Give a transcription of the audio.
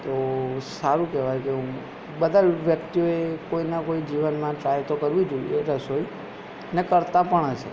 તો સારું કહેવાય કે હું બધા વ્યક્તિઓએ કોઈના કોઈ જીવનમાં ટ્રાય તો કરવું જોઈએ રસોઈ ને કરતા પણ હશે